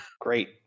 Great